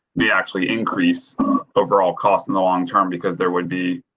we actually increase overall costs in the long term because there would be.